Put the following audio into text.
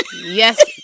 Yes